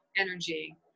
energy